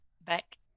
back